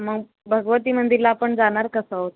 मग भगवती मंदिरला आपण जाणार कसं आहोत